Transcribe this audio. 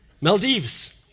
Maldives